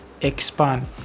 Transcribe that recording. expand